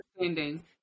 understanding